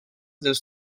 dels